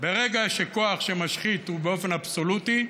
ברגע שכוח שמשחית הוא באופן אבסולוטי,